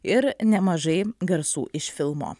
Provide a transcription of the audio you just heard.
ir nemažai garsų iš filmo